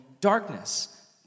darkness